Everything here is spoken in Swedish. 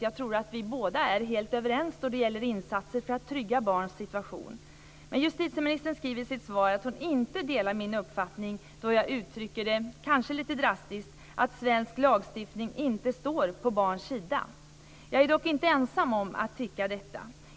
Jag tror att vi båda är helt överens då det gäller insatser för att trygga barns situation. Men justitieministern skriver i sitt svar att hon inte delar min uppfattning när jag kanske lite drastiskt uttrycker att svensk lagstiftning inte står på barns sida. Jag är dock inte ensam om att tycka detta.